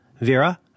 Vera